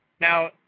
Now